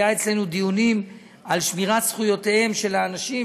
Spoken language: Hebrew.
היו אצלנו דיונים על שמירת זכויותיהם של האנשים,